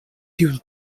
tiun